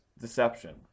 deception